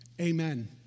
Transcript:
Amen